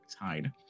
hide